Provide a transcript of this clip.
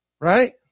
Right